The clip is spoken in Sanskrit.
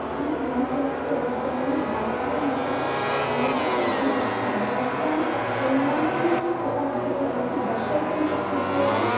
अहं स्नानगृहस्य द्रव्याणि बात्रूम्वेर् आर्डर् कर्तुम् इच्छामि तस्यां श्रेण्यां किं किम् उपलभ्यते इति दर्शयितुं शक्यसे वा